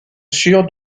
sûr